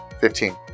Fifteen